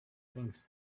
things